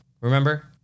Remember